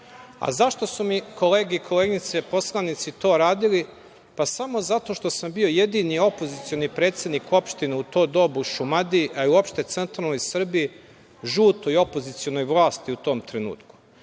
su mi kolege i koleginice poslanici to radili? Pa, samo zato što sam bio jedini opozicioni predsednik opštine u to doba u Šumadiji, a i uopšte u centralnoj Srbiji, žutoj opozicionoj vlasti u tom trenutku. Ja